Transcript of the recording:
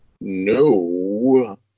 No